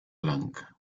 blanca